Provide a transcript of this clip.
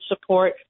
support